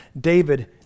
David